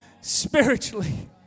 spiritually